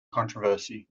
controversy